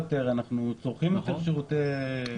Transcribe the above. אנשים שם צורכים יותר שירותי בריאות,